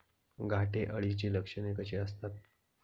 घाटे अळीची लक्षणे कशी असतात?